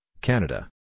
Canada